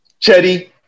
Chetty